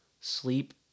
Sleep